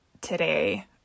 today